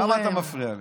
למה אתה מפריע לי?